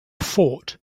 fort